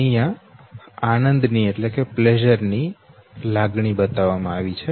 અહી આનંદ ની લાગણી બતાડવામાં આવી છે